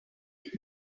help